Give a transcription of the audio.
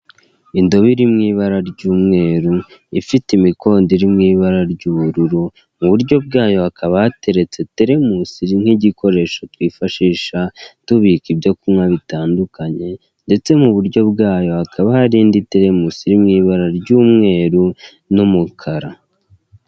Indobo iri mu ibara ry'umweru, ifite imikondo iri mu ibara ry'ubururu, mu buryo bwayo hakaba hateretse teremusi nk'igikoresho twifashisha tubika ibyo kunywa bitandukanye ndetse mu buryo bwayo hakaba hari indi teremusi iri mu ibara ry'umweru n'umukara.